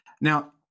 Now